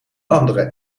andere